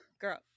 girl